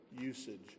usage